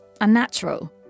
unnatural